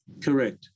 Correct